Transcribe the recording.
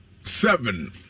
seven